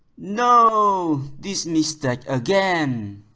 no. this mistake again!